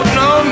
no